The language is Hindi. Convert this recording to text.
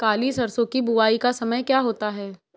काली सरसो की बुवाई का समय क्या होता है?